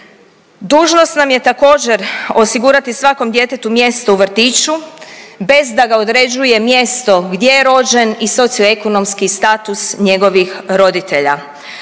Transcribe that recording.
Dužnost nam je također osigurati svakom djetetu mjesto u vrtiću bez da ga određuje mjesto gdje je rođen i socioekonomski status njegovih roditelja,